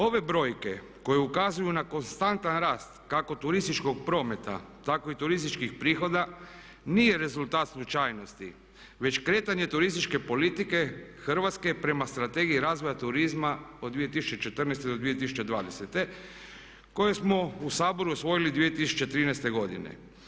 Ove brojke koje ukazuju na konstantan rast, kako turističkog prometa tako i turističkih prihoda nije rezultat slučajnosti već kretanje turističke politike Hrvatske prema Strategiji razvoja turizma od 2014. do 2020. koje smo u Saboru osvojili 2013. godine.